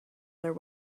their